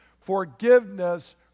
Forgiveness